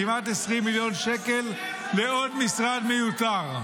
כמעט 20 מיליון שקלים לעוד משרד מיותר,